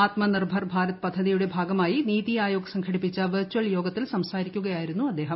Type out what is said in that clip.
ആത്മന്റിർഭിർ ഭാരത് പദ്ധതിയുടെ ഭാഗമായി നിതി ആയോഗ് സ്റ്റ്ലൂട്ടിപ്പിച്ച വിർചൽ യോഗത്തിൽ സംസാരിക്കുകയായിരുന്നു അദ്ദേഹം